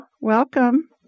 Welcome